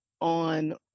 on